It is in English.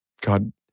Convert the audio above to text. God